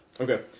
Okay